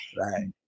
right